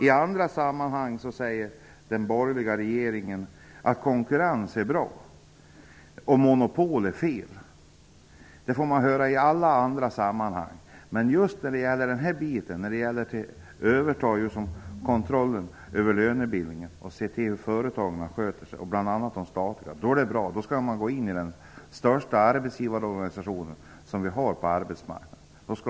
I andra sammanhang säger den borgerliga regeringen att konkurrens är bra och monopol är fel. Det får man höra i alla andra sammanhang utom när det gäller kontrollen över lönebildningen och de statliga företagen. Då skall de statliga företagen in i den största arbetsgivarorganisation som vi har på arbetsmarknaden.